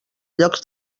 llocs